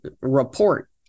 report